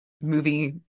movie